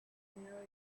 mirror